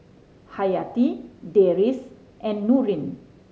Hayati Deris and Nurin